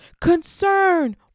Concern